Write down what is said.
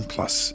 Plus